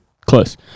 close